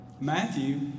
Matthew